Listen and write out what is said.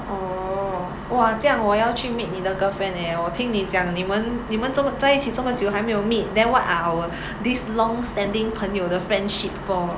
orh !wah! 这样我要去 meet 你的 girlfriend leh 我听你讲你们你们怎么在一起这么久还没有 meet then what are our this long standing 朋友的 friendship for